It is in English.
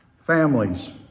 Families